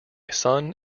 son